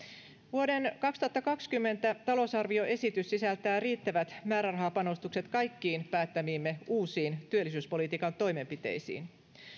vuoden kaksituhattakaksikymmentä talousarvioesitys sisältää riittävät määrärahapanostukset kaikkiin päättämiimme uusiin työllisyyspolitiikan toimenpiteisiin